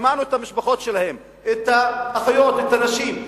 שמענו את המשפחות שלהם, את האחיות, את הנשים.